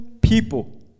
people